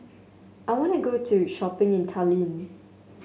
I want to go to shopping in Tallinn